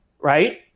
Right